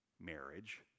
marriage